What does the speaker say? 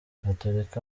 gatolika